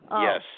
Yes